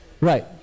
Right